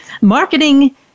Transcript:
Marketing